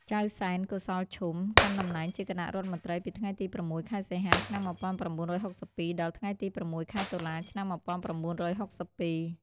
ចៅសែន កុសលឈុំ កាន់តំណែងជាគណៈរដ្ឋមន្ត្រីពីថ្ងៃទី៦ ខែសីហា ឆ្នាំ១៩៦២ ដល់ថ្ងៃទី ៦ ខែតុលា ឆ្នាំ១៩៦២។